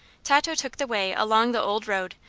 tato took the way along the old road,